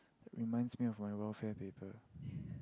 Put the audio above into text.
reminds me of my welfare paper